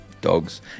dogs